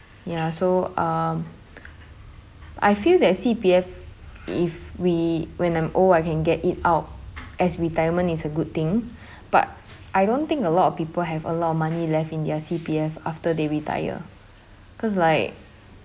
ya so um I feel that C_P_F if we when I'm old I can get it out as retirement is a good thing but I don't think a lot of people have a lot of money left in their C_P_F after they retire cause like